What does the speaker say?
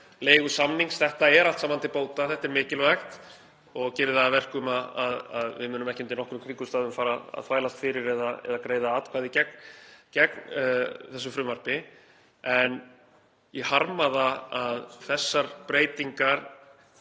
leigusamnings. Þetta er allt saman til bóta, þetta er mikilvægt og gerir það að verkum að við munum ekki undir nokkrum kringumstæðum fara að þvælast fyrir eða greiða atkvæði gegn þessu frumvarpi. En ég harma að þessar breytingar